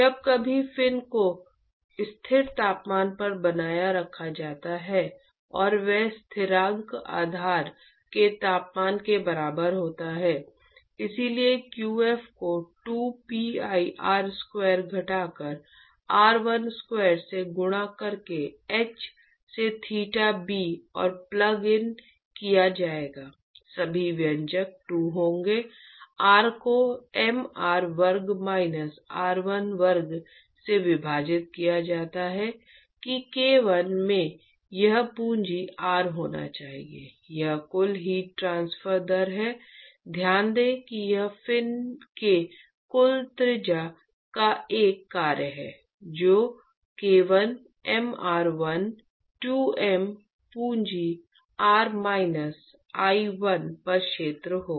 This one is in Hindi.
जब सभी फिन को स्थिर तापमान पर बनाए रखा जाता है और वह स्थिरांक आधार के तापमान के बराबर होता है इसलिए qf को 2 pi r स्क्वायर घटाकर r1 स्क्वायर से गुणा करके h से थीटा b और प्लग इन किया जाएगा सभी व्यंजक 2 होंगे r को m R वर्ग माइनस r1 वर्ग से विभाजित किया जाता है कि K1 में यह पूंजी R होना चाहिए यह कुल हीट ट्रांसफर दर है ध्यान दें कि यह फिन के कुल त्रिज्या का एक कार्य है जो K1 mr1 2 m पूंजी R माइनस I1 पर क्षेत्र होगा